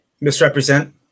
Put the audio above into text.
misrepresent